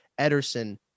Ederson